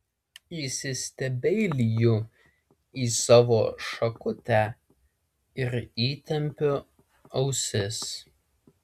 įsistebeiliju į savo šakutę ir įtempiu ausis